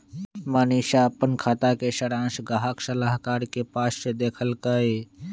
मनीशा अप्पन खाता के सरांश गाहक सलाहकार के पास से देखलकई